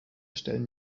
stellen